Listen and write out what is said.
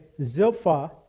Zilpha